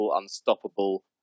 unstoppable